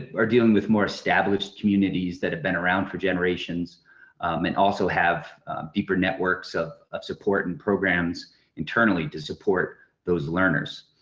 are dealing with more established communities that have been around for generations and also have deeper networks of of support and programs programs internally to support those learners.